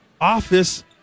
office